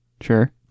Sure